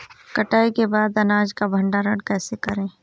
कटाई के बाद अनाज का भंडारण कैसे करें?